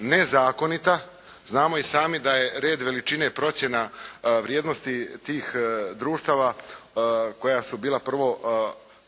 nezakonita, znamo i sami da je red veličine procjena vrijednosti tih društava koja su bila prvo